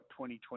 2020